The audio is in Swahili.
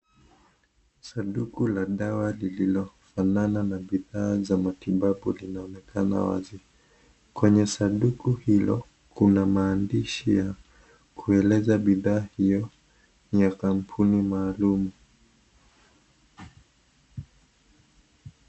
Sanduku la dawa lililofanana na bidhaa za matibabu, linaonekana wazi. Kwenye sanduku hilo, kuna maandishi ya kueleza bidhaa hiyo ni ya kampuni maalum.